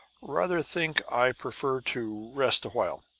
rather think i'd prefer to rest a while.